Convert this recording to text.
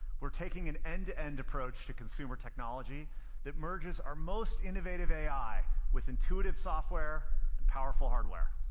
we're taking an end-to-end approach to consumer technology that merges our most innovative ai with intuitive software and powerful hardware.